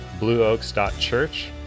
blueoaks.church